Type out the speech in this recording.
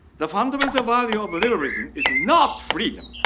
the fundamental value of a liberation is not freedom,